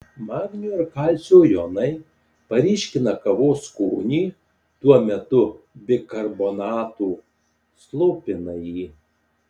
magnio ir kalcio jonai paryškina kavos skonį tuo metu bikarbonato slopina jį